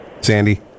Sandy